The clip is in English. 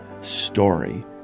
story